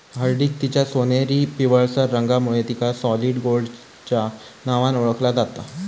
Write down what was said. हळदीक तिच्या सोनेरी पिवळसर रंगामुळे तिका सॉलिड गोल्डच्या नावान ओळखला जाता